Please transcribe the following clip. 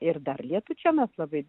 ir dar lietučio mes labai